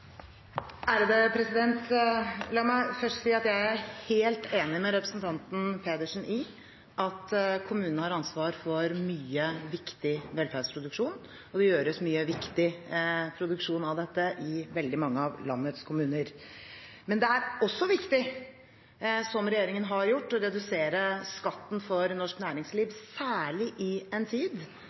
La meg først si at jeg er helt enig med representanten Pedersen i at kommunene har ansvar for mye viktig velferdsproduksjon, og det produseres mye viktig velferd i veldig mange av landets kommuner. Men det er også viktig, som regjeringen har gjort, å redusere skatten for norsk næringsliv, særlig i en tid